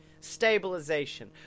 Stabilization